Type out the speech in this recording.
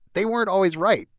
they weren't always right.